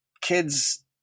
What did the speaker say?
kids